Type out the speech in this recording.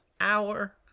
hour